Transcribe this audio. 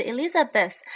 Elizabeth，